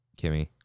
Kimmy